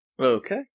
Okay